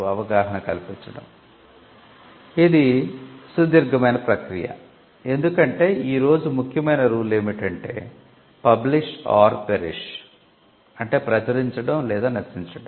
అంటే ప్రచురించడం లేదా నశించడం